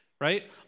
right